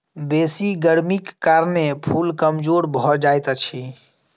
बेसी गर्मीक कारणें फूल कमजोर भअ जाइत अछि